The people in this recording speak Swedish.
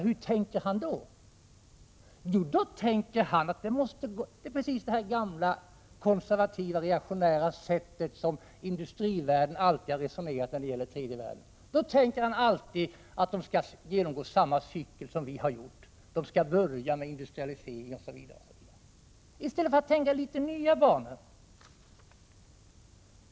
Hur tänker då Hadar Cars när han reflekterar över dessa problem? Jo, han tänker på det gamla konservativa, ja, reaktionära sättet. Han resonerar så som industrivärlden alltid har resonerat när det gällt tredje världen, nämligen att utvecklingsländerna skall genomgå samma utvecklingscykel som vi har gjort: Man börjar med industrialiseringen, osv. I stället skulle man kunna tänka i litet nya banor.